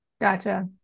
Gotcha